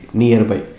nearby